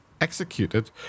executed